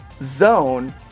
Zone